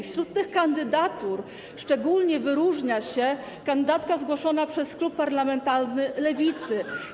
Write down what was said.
Wśród tych kandydatur szczególnie wyróżnia się kandydatka zgłoszona przez klub parlamentarny Lewicy.